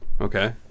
Okay